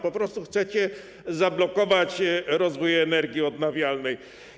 Po prostu chcecie zablokować rozwój energii odnawialnej.